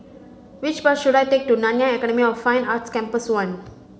which bus should I take to Nanyang Academy of Fine Arts Campus One